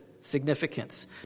significance